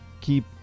Keep